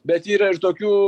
bet yra ir tokių